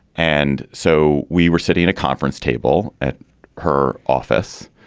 and so we were sitting a conference table at her office.